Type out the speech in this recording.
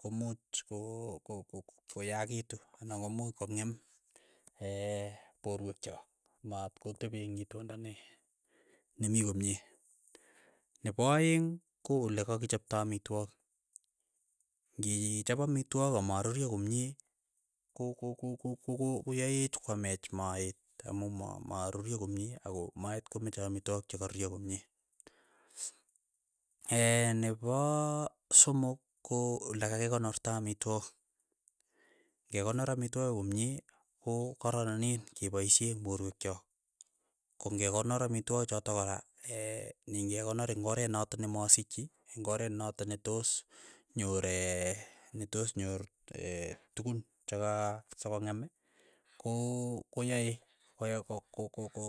komuuch kooo ko- ko- koyakitu anan komuch kong'em porwek chok matkotepi eng' itindo nee, ne mii komie, nepo aeng' ko olekakichopto amitwogik, ng'ichap amitwogik amaruryo komie ko- ko- ko- ko koyaech kwamech maeet amu ma- maruryo komie, ako moet komache amitwogik che karuryo komie, nepo somok ko olekakikonorta amitwogik, kekonor amitwogik komie ko kararanen kepaishe porwek chok, kong'ekonor amitwogik chotok kora nying'ekonor ing' oret notok ne masikchi, eng' oret notok netoos nyoor netos nyor tukun chaka sokong'em ko koyae koyae ko- ko- ko.